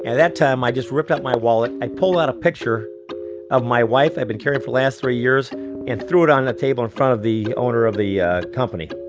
yeah that time, i just ripped out my wallet. i pulled out a picture of my wife i'd been carrying for last three years and threw it on the table in front of the owner of the ah company.